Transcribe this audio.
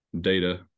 data